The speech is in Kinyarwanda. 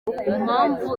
impamvu